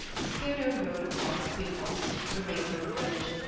skirnir rode across bifrost, the rainbow bridge,